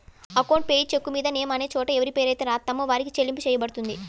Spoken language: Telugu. అకౌంట్ పేయీ చెక్కుమీద నేమ్ అనే చోట ఎవరిపేరైతే రాత్తామో వారికే చెల్లింపు చెయ్యబడుతుంది